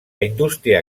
indústria